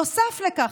נוסף לכך,